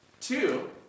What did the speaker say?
two